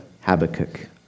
Habakkuk